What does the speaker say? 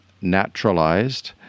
naturalized